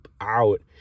out